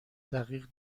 دقیق